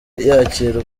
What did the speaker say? yakira